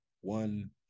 one